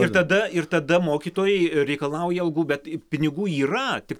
ir tada ir tada mokytojai reikalauja algų bet pinigų yra tik